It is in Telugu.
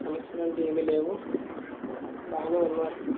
సమస్యలు అంటు ఏమి లేవు బాగా ఉన్నారు